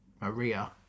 Maria